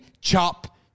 chop